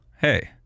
hey